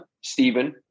Stephen